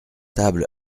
table